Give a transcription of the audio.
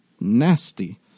nasty